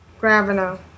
Gravino